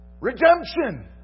Redemption